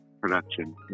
production